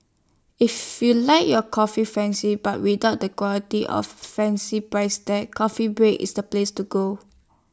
if you like your coffee fancy but without the quality of fancy price tag coffee break is the place to go